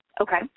okay